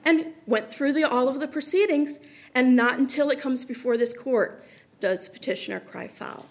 and went through the all of the proceedings and not until it comes before this court does petitioner cry f